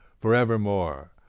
forevermore